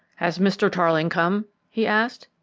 has mr. tarling come? he asked.